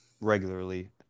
regularly